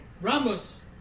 Ramos